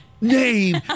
name